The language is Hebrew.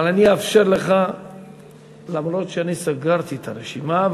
אבל אני אאפשר לך למרות שסגרתי את הרשימה.